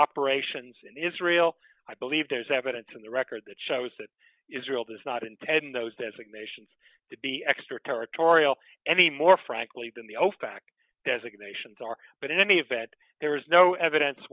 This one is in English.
operations in israel i believe there's evidence in the record that shows that israel does not intend those designations to be extra territorial any more frankly than the ofac designations are but in any event there is no evidence